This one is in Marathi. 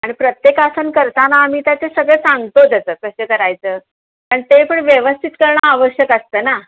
आणि प्रत्येक आसन करताना आम्ही त्याचे सगळं सांगतो त्याचं कसे करायचं पण ते पण व्यवस्थित करणं आवश्यक असतं ना